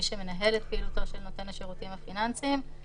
מי שמנהל את פעילותו של נותן השירותים הפיננסיים,